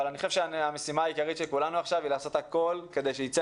אני חושב שהמשימה העיקרית של כולנו עכשיו היא לעשות הכל כדי שייצא